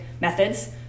methods